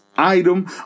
item